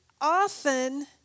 often